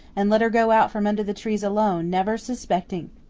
and let her go out from under the trees alone, never suspecting.